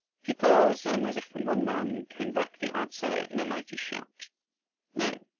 he paused and as if from one man came back the answer in a mighty shout no,